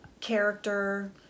character